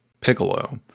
Piccolo